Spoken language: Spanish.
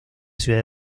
ciudad